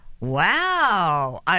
Wow